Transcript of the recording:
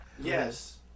Yes